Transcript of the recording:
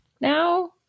now